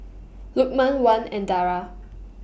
Lukman Wan and Dara